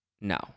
no